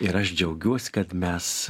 ir aš džiaugiuos kad mes